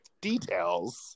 details